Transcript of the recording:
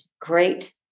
great –